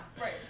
right